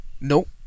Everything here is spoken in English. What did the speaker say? Nope